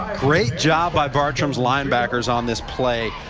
great job by bartram's linebackers on this play.